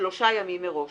שלושה ימים מראש.